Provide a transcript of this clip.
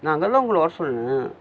நான் அங்கே தான் உங்களை வர சொன்னேன்